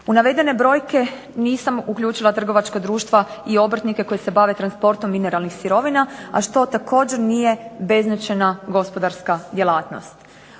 U navedene brojke nisam uključila trgovačka društva i obrtnike koji se bave transportom mineralnih sirovina, a što također nije beznačajna gospodarska djelatnost.